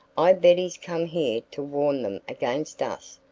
i bet he's come here to warn them against us,